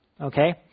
okay